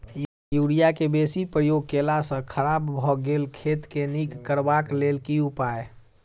Urea केँ बेसी प्रयोग केला सऽ खराब भऽ गेल खेत केँ नीक करबाक लेल की उपाय?